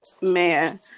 man